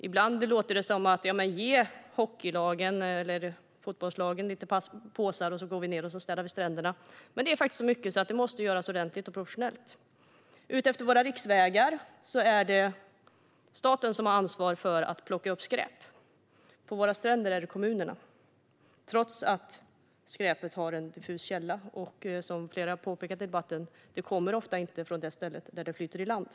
Ibland säger man: Ge hockeylagen och fotbollslagen några påsar så kan de städa stränderna! Men det är så mycket att det måste göras professionellt. Utefter våra riksvägar är det staten som har ansvar för att plocka upp skräp, men på våra stränder är det kommunerna - trots att skräpet har en okänd källa och, som flera i debatten påpekat, ofta inte kommer från det ställe där det flyter i land.